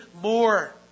more